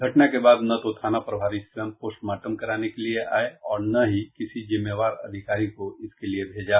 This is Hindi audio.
घटना के बाद न तो थाना प्रभारी स्वयं पोस्टमार्टम कराने के लिए आए और न ही किसी जिम्मेवार अधिकारी को इसके लिए भेजा